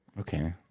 Okay